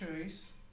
choice